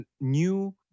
new